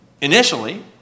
initially